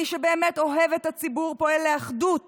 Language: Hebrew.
מי שבאמת אוהב את הציבור פועל לאחדות